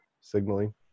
signaling